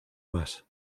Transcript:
más